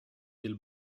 del